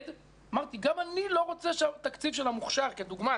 אמרתי שגם אני לא רוצה שהתקציב של המוכש"ר כדוגמה,